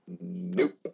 Nope